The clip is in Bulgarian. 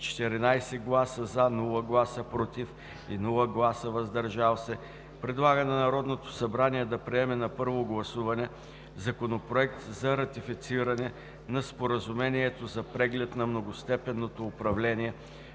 14 гласа „за“, без гласове „против“ и „въздържал се“ предлага на Народното събрание да приеме на първо гласуване Законопроект за ратифициране на Споразумението за преглед на многостепенното управление